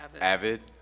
Avid